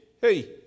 hey